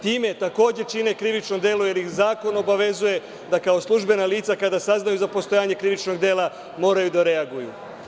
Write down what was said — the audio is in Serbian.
Time takođe čine krivično delo jer ih zakon obavezuje da kao službena lica kada saznaju za postojanje krivičnog dela moraju da reaguju.